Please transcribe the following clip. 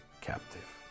captive